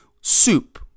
soup